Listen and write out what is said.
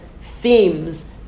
themes